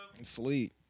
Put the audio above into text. Sleep